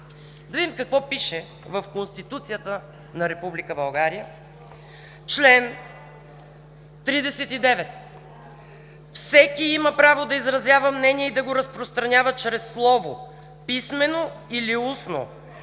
Да видим какво пише в Конституцията на Република България, чл. 39: „Всеки има право да изразява мнение и да го разпространява чрез слово, писмено или устно,